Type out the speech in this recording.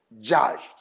judged